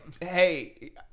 hey